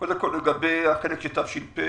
קודם כל, לגבי החלק של תש"ף,